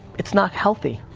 it's not healthy,